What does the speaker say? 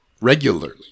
Regularly